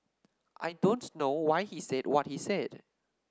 I don't know why he said what he said